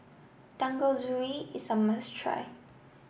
Dangojiru is a must try